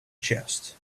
chest